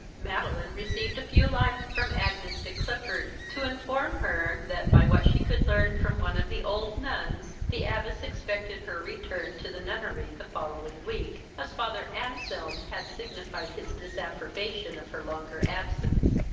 madeline received a few line from agnes de clifford, to inform her, that, by what she could learn from one of the old nuns, the abbess expected her return to the nunnery the following week, as father anselm had signified his disapprobation of her longer absence.